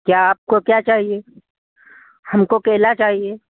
क्या आपको क्या चाहिए हमको केला चाहिए